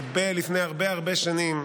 לפני הרבה הרבה שנים,